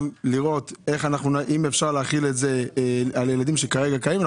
לראות אם אפשר להחיל את זה על ילדים שכרגע קיימים.